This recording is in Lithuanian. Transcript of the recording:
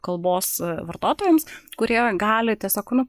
kalbos vartotojams kurie gali tiesiog nu